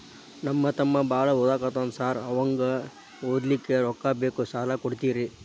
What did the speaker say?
ನಮ್ಮ ತಮ್ಮ ಬಾಳ ಓದಾಕತ್ತನ ಸಾರ್ ಅವಂಗ ಓದ್ಲಿಕ್ಕೆ ರೊಕ್ಕ ಬೇಕು ಸಾಲ ಕೊಡ್ತೇರಿ?